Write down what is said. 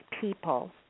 People